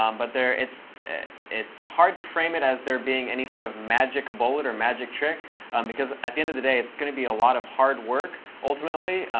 um but it's it's hard to frame it as there being any sort of magic bullet or magic trick because at the end of the day, it's going to be a lot of hard work ultimately,